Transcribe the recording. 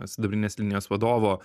sidabrinės linijos vadovo